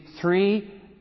three